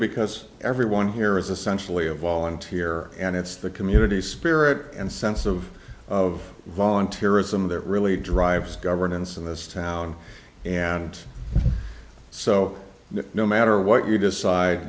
because everyone here is essentially a volunteer and it's the community spirit and sense of of volunteerism that really drives governance in this town and so no matter what you decide